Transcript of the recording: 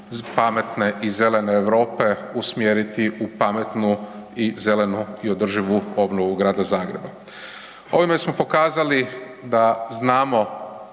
pametne i zelene Europe usmjeriti u pametnu i zelenu i održivu obnovu Grada Zagreba. Ovime smo pokazali da znamo